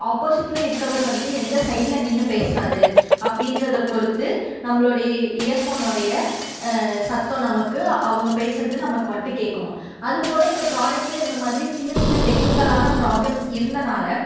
ஆப்போஸிட்டில் இருக்கவர் வந்துவிட்டு எந்த சைட்டில் நின்று பேசுறார் அப்படின்றத பொறுத்து நம்பளுடைய இயர் ஃபோனுடைய சத்தம் நமக்கு அவங்க பேசறது நமக்கு வந்துவிட்டு கேட்குமாம் அதுப்போல் இந்த ப்ராடக்ட்டில் இந்த மாதிரி சின்ன சின்ன டெக்னிக்கலான ப்ராப்ளம்ஸ் இருந்தனால்